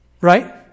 Right